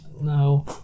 no